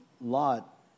Lot